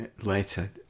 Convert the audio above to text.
later